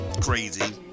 crazy